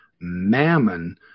mammon